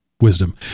wisdom